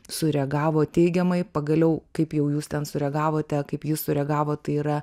sureagavo teigiamai pagaliau kaip jau jūs ten sureagavote kaip jis sureagavo tai yra